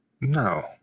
No